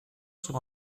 sur